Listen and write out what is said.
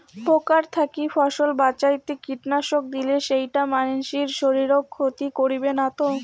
পোকার থাকি ফসল বাঁচাইতে কীটনাশক দিলে সেইটা মানসির শারীরিক ক্ষতি করিবে না তো?